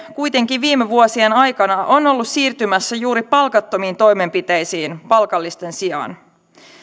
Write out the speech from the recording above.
kuitenkin viime vuosien aikana on ollut siirtymässä juuri palkattomiin toimenpiteisiin palkallisten sijaan